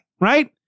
right